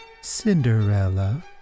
Cinderella